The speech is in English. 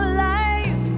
life